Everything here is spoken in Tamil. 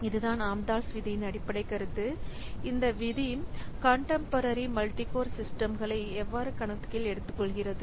இதுதான் ஆம்தால்ஸ் விதியின்Amdahl's law அடிப்படை கருத்து இந்த விதி கன்டம்பொரரி மல்டி கோர் சிஸ்டம்களை எவ்வாறு கணக்கில் எடுத்துக்கொள்கிறது